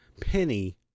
Penny